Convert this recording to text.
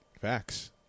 Facts